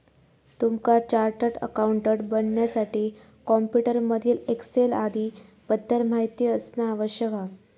तुमका chartered accountant बनण्यासाठी computer मधील एक्सेल आदीं बद्दल माहिती असना आवश्यक हा